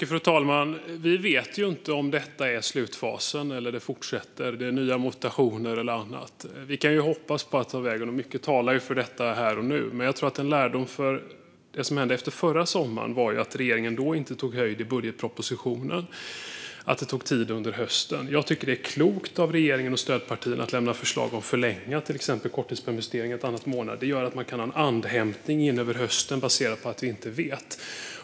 Fru talman! Vi vet inte om detta är slutfasen, eller om det fortsätter med nya mutationer eller annat. Vi kan hoppas att det går vägen, och mycket talar för det här och nu. Men jag tror att en lärdom från förra sommaren var att regeringen inte tog höjd för det i budgetpropositionen och att det ledde till att det tog tid under hösten. Det är klokt av regeringen och stödpartierna att lämna förslag om att förlänga till exempel korttidspermitteringen. Det gör att man kan hämta andan en bit in på hösten, baserat på att vi inte vet.